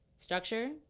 Structure